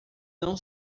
não